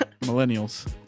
millennials